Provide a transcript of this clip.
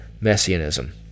messianism